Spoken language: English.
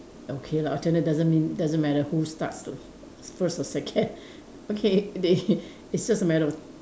okay lah alternate doesn't mean doesn't matter who starts first or second okay they it's just a matter